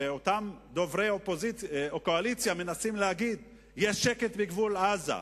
כשאותם דוברי הקואליציה מנסים להגיד: יש שקט בגבול עזה,